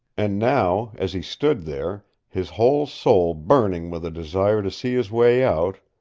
and now, as he stood there, his whole soul burning with a desire to see his way out,